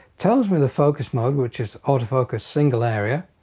tells me the focus mode which is auto focus single area.